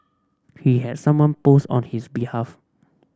he had someone post on his behalf